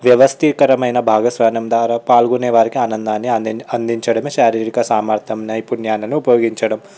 వ్యవస్థీకరమైన భాగస్వామ్యం ద్వారా పాల్గొనే వారికి ఆనందాన్ని అందిం అందించడమే శారీరక సామర్థ్యం నైపుణ్యాలను ఉపయోగించడం